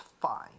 fine